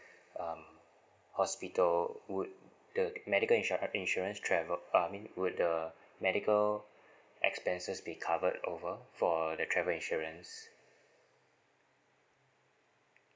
um hospital would the medical insurance insurance travel uh I mean would the medical expenses be covered over for the travel insurance